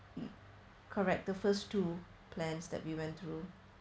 mm correct the first two plans that we went through